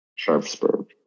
Sharpsburg